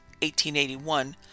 1881